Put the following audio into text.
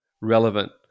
relevant